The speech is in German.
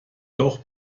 doch